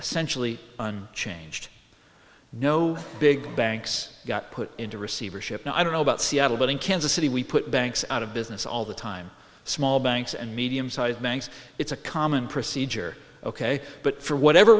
essentially unchanged no big banks got put into receivership i don't know about seattle but in kansas city we put banks out of business all the time small banks and medium size banks it's a common procedure ok but for whatever